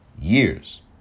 years